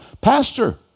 Pastor